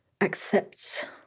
accept